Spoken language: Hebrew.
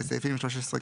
4. בסעיפים 13כא,